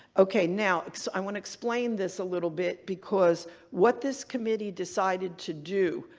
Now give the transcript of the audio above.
okay, now i want to explain this a little bit because what this committee decided to do,